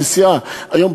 היום,